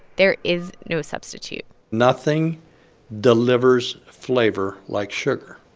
there is no substitute nothing delivers flavor like sugar.